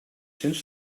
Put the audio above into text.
cents